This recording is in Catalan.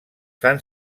fan